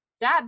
dad